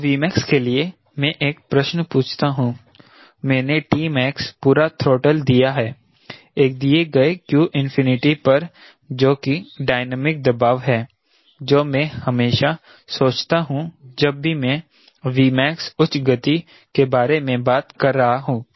तो Vmax के लिए मैं एक प्रश्न पूछता हूं मैंने Tmax पूरा थ्रोटल दिया है एक दिए गए q इन्फिनिटी पर जो कि डायनामिक दबाव है जो मै हमेशा सोचता हूं जब भी मैं Vmax उच्च गति के बारे में बात कर रहा हूं